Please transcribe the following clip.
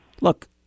Look